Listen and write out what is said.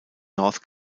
north